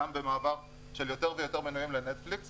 גם במעבר של יותר ויותר מנויים לנטפליקס.